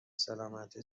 سلامتی